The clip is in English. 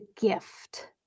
gift